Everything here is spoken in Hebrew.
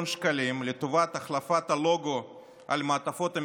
שקלים לטובת החלפת הלוגו על מעטפות המשרד,